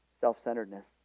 self-centeredness